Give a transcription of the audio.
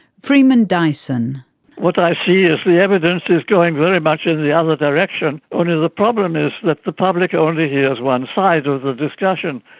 freeman dyson what i see is the evidence is going very much in the other direction. only the problem is that the public only hears one side of the discussion.